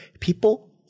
people